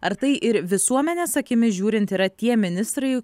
ar tai ir visuomenės akimis žiūrint yra tie ministrai